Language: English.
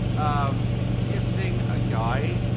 um kissing a guy?